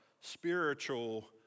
spiritual